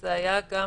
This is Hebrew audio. זה היה גם